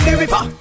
river